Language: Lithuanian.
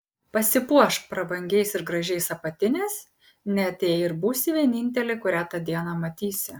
pasipuošk prabangiais ir gražiais apatiniais net jei ir būsi vienintelė kurią tą dieną matysi